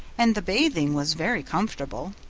and the bathing was very comfortable.